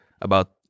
about-